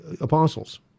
apostles